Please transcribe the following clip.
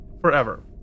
Forever